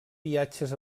viatges